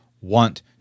want